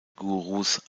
gurus